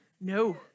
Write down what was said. No